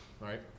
Right